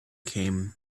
came